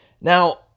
Now